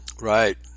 Right